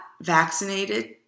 vaccinated